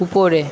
উপরে